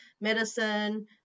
medicine